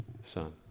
son